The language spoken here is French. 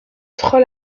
troll